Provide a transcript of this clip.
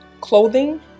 clothing